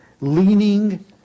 leaning